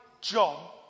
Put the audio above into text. John